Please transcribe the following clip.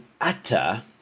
Atta